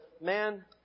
man